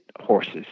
horses